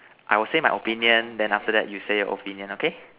I will say my opinion then after that you say your opinion okay